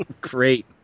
Great